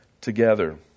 together